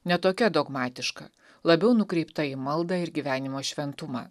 ne tokia dogmatiška labiau nukreipta į maldą ir gyvenimo šventumą